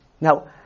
Now